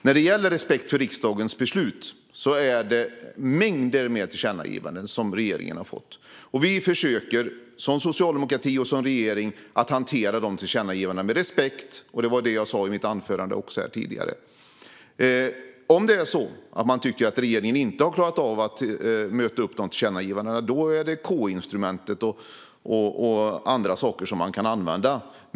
När det gäller respekt för riksdagens beslut har regeringen fått mängder av tillkännagivanden. Vi försöker, som socialdemokrati och som regering, att hantera de tillkännagivandena med respekt. De sa jag också här tidigare i mitt anförande. Om man tycker att regeringen inte har klarat av att möta upp de tillkännagivandena kan man använda sig av KU-instrumentet och andra saker.